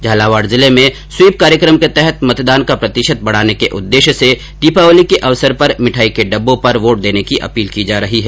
झालावाड जिले में स्वीप कार्यक्रम के तहत मतदान का प्रतिशत बढ़ाने के उद्देश्य से दीपावली के अवसर पर मिठाई के डिब्बों पर वोट देने की अपील की जा रही है